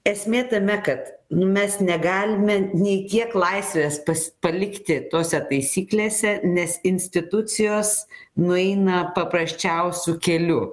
esmė tame kad nu mes negalime nei kiek laisvės pas palikti tose taisyklėse nes institucijos nueina paprasčiausiu keliu